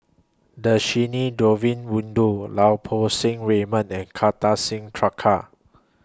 Dhershini Govin Winodan Lau Poo Seng Raymond and Kartar Singh Thakral